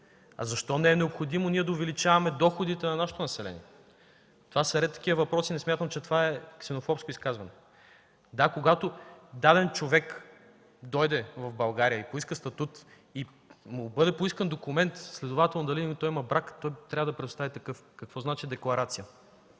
А защо не е необходимо ние да увеличаваме доходите на нашето население? Това са ред такива въпроси и не смятам, че е ксенофобско изказване. Да, когато даден човек дойде в България и поиска статут и му бъде поискан документ, следователно дали има брак, той трябва да представи такъв. Какво значи декларация?